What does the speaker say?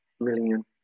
million